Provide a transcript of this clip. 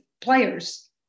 players